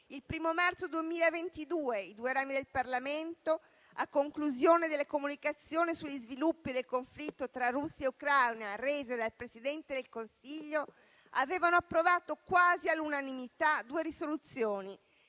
il 1° marzo 2022, i due rami del Parlamento, a conclusione delle comunicazioni sugli sviluppi del conflitto tra Russia e Ucraina rese dal Presidente del Consiglio, avevano approvato quasi all'unanimità due risoluzioni